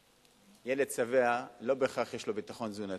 ילד שבע לא בהכרח יש לו ביטחון תזונתי.